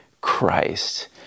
Christ